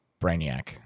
Brainiac